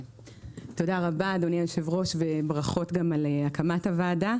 אדוני היושב-ראש, ברכות על הקמת הוועדה.